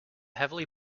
heavily